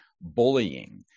bullying